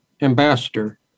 ambassador